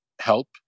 help